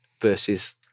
versus